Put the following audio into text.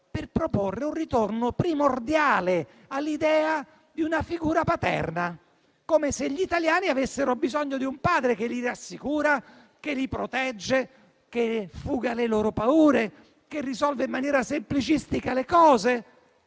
la proposta di un ritorno primordiale all'idea di una figura paterna, come se gli italiani avessero bisogno di un padre che li rassicura, che li protegge, che fuga le loro paure, che risolve in maniera semplicistica le cose.